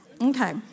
Okay